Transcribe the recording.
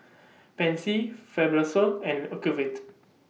Pansy Fibrosol and Ocuvite